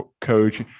coach